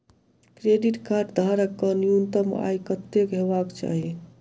Credit card धारक कऽ न्यूनतम आय कत्तेक हेबाक चाहि?